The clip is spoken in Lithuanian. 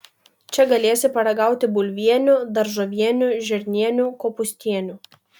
čia galėsi paragauti bulvienių daržovienių žirnienių kopūstienių